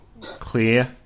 clear